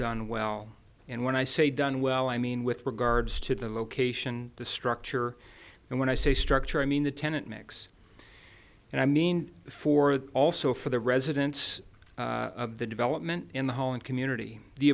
done well and when i say done well i mean with regards to the location the structure and when i say structure i mean the tenant mix and i mean for also for the residents of the development in the hall and community the